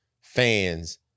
fans